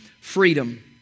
freedom